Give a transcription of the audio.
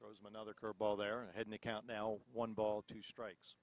roseman other curve ball there and had an account now one ball two strikes